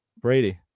Brady